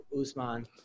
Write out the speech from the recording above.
Usman